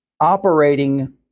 operating